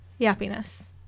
yappiness